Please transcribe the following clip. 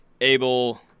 able